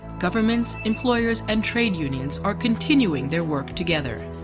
governments, employers and trade unions are continuing their work together,